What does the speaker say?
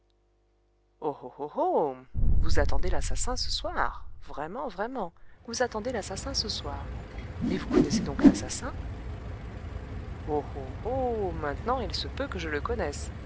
vous attendez l'assassin ce soir vraiment vraiment vous attendez l'assassin ce soir mais vous connaissez donc l'assassin oh oh oh maintenant il se peut que je le connaisse